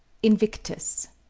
invictus